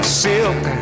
silk